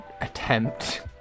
attempt